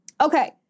Okay